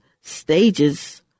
stages